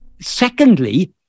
Secondly